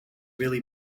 really